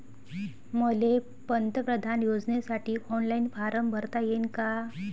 मले पंतप्रधान योजनेसाठी ऑनलाईन फारम भरता येईन का?